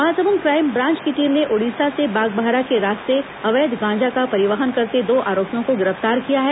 Mahasamund crime branch की team ने ओडिसा से बागबाहरा के रास्ते अवैध गांजा का परिवहन करते दो आरोपियों को गिरफ्तार किया है